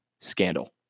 scandal